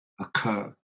occur